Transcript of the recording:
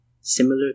similar